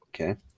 okay